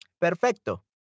perfecto